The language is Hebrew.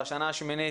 זו השנה השמינית,